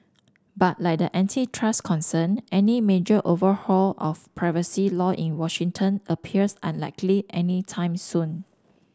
but like the antitrust concern any major overhaul of privacy law in Washington appears unlikely anytime soon